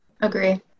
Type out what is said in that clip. Agree